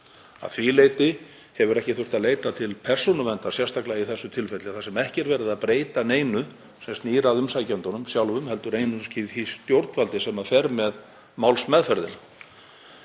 Að því leyti hefur ekki þurft að leita til Persónuverndar sérstaklega í þessu tilfelli þar sem ekki er verið að breyta neinu sem snýr að umsækjendunum sjálfum heldur einungis því stjórnvaldi sem fer með málsmeðferðina.